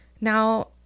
Now